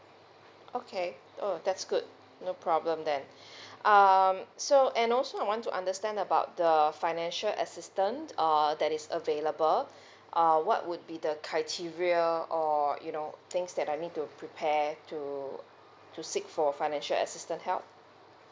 okay mm that's good no problem then um so and also I want to understand about the financial assistance err that is available uh what would be the criteria or you know things that I need to prepare to to seek for financial assistance help